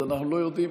אז אנחנו לא יודעים,